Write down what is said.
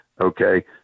okay